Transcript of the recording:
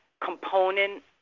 component